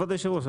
כבוד יושב הראש,